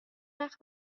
هیچوقت